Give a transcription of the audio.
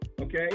Okay